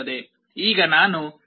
ಈಗ ನಾನು ಡಿ ಯ ಮೌಲ್ಯವನ್ನು ಓದಬಹುದು